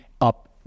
up